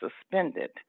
suspended